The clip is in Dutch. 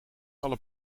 alle